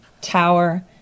tower